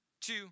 two